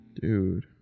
dude